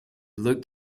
looked